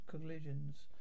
collisions